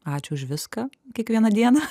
ačiū už viską kiekvieną dieną